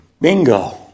Bingo